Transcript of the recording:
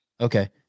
Okay